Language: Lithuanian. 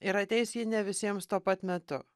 ir ateis ji ne visiems tuo pat metu